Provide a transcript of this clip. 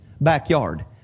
backyard